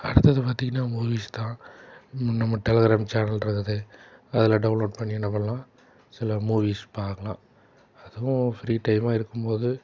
அடுத்தது பார்த்தீங்கன்னா மூவிஸ் தான் நம்ம டெலகிராம் சேனல் இருக்குது அதில் டவுன்லோட் பண்ணி என்ன பண்ணலாம் சில மூவிஸ் பார்க்கலாம் அதுவும் ஃப்ரீ டைமாக இருக்கும் போது